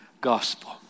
gospel